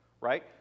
right